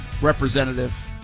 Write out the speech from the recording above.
representative